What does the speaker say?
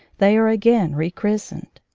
they are again rechristened.